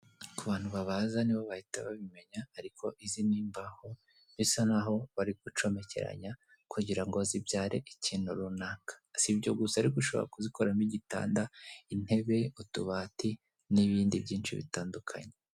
Ku bantu babaza nibo bahita babimenya ariko izi ni imbaho bisa n'aho bari gucomekeranya kugira ngo zibyare ikintu runaka si ibyo gusa ariko ushobora kuzikoramo gitanda, intebe utubati n'ibindi byinshi bitandukanye.